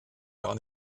gar